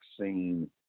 vaccine